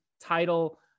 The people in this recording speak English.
title